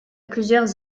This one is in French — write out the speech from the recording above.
plusieurs